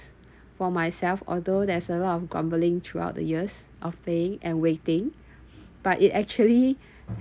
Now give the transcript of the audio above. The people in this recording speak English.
for myself although there's a lot of grumbling throughout the years of paying and waiting but it actually